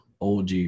OG